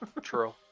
True